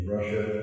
Russia